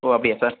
ஓ அப்படியா சார்